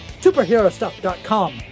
SuperheroStuff.com